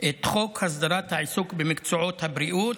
את חוק הסדרת העיסוק במקצועות הבריאות,